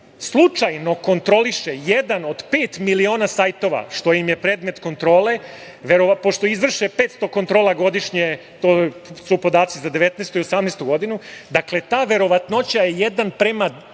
slučajno kontroliše jedan od pet miliona sajtova, što im je predmet kontrole, pošto izvrše 500 kontrola godišnje, to su podaci za 2018. i 2019. godinu. Dakle, ta verovatnoća je 1:5.000.